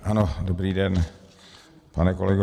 Ano, dobrý den, pane kolego.